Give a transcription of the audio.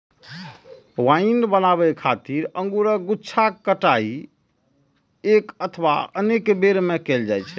wine बनाबै खातिर अंगूरक गुच्छाक कटाइ एक अथवा अनेक बेर मे कैल जाइ छै